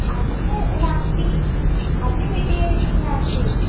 अद्य नास्ति अद्य पी टि ए मीटिङ्ग् नास्ति